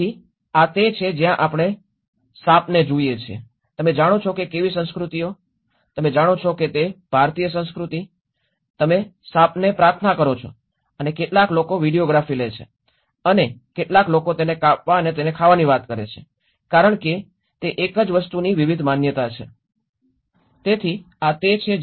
તેથી આ તે છે જ્યાં આપણે સાપને જુએ છે તમે જાણો છો કે કેવી સંસ્કૃતિઓ તમે જાણો છો તે ભારતીય સંસ્કૃતિ તમે સાપને પ્રાર્થના કરો છો અને કેટલાક લોકો વિડિઓગ્રાફી લે છે અને કેટલાક લોકો તેને કાપવા અને તેને ખાવાની વાત કરે છે કારણ કે તે એક જ વસ્તુની વિવિધ માન્યતા છે